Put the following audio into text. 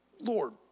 Lord